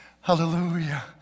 Hallelujah